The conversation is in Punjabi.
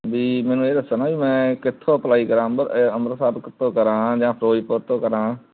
ਬੀ ਮੈਨੂੰ ਇਹ ਦੱਸੋ ਨਾ ਵੀ ਮੈਂ ਕਿੱਥੋਂ ਅਪਲਾਈ ਕਰਾਂ ਅੰਮ੍ਰਿਤਸਰ ਕਿੱਥੋਂ ਕਰਾਂ ਜਾਂ ਫਿਰੋਜ਼ਪੁਰ ਤੋਂ ਕਰਾਂ